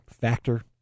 factor